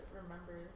remember